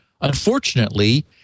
Unfortunately